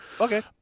Okay